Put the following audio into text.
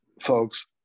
folks